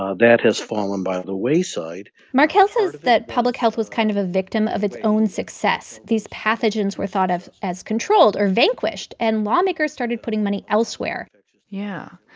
ah that has fallen by the wayside markell says that public health was kind of a victim of its own success. these pathogens were thought of as controlled or vanquished, and lawmakers started putting money elsewhere yeah.